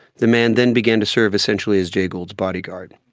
the man then began to serve essentially as jay gould's bodyguard.